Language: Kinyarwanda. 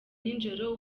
n’ijoro